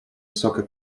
soccer